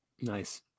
Nice